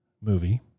movie